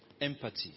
empathy